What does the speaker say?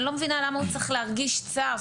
אני לא מבינה למה הוא צריך להרגיש צער,